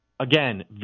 Again